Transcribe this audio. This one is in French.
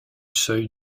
seuil